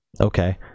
Okay